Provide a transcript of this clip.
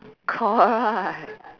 correct